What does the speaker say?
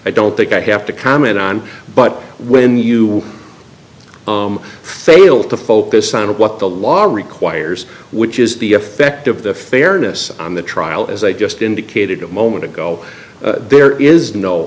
i don't think i have to comment on but when you fail to focus on what the law requires which is the effect of the fairness on the trial as i just indicated a moment ago there is no